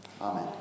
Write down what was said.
amen